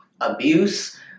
abuse